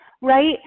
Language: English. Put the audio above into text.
right